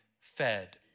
fed